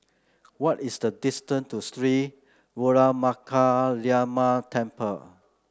what is the distance to Sri Veeramakaliamman Temple